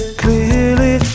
clearly